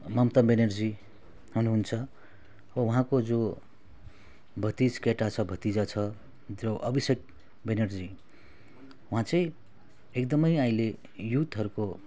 ममता ब्यनर्जी हुनु हुन्छ उहाँको जो भतिज केटा छ भतिजा छ त्यो अभिषेक ब्यनर्जी उहाँ चाहिँ एकदम अहिले युथहरूको